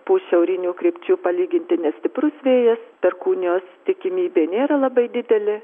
pūs šiaurinių krypčių palyginti nestiprus vėjas perkūnijos tikimybė nėra labai didelė